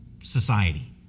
society